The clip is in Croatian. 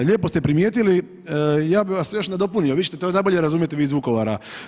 Lijepo ste primijetili, ja bih vas još nadopunio, vi ćete to najbolje razumjeti vi iz Vukovara.